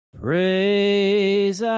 praise